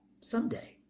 Someday